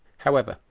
however,